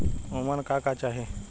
उमन का का चाही?